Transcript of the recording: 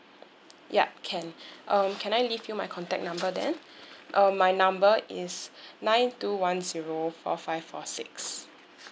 yup can um can I leave you my contact number then uh my number is nine two one zero four five four six